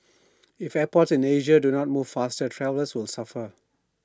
if airports in Asia do not move faster travellers will suffer